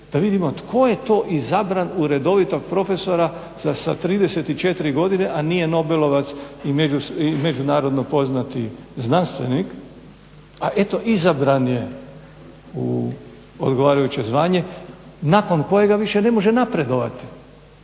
da vidimo tko je to izabran u redovitog profesora sa 34 godine, a nije Nobelovac i međunarodno poznati znanstvenik, a eto izabran je u odgovarajuće zvanje nakon kojega više ne može napredovati.